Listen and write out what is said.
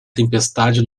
tempestade